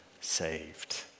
saved